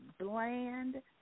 bland